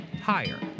higher